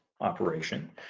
Operation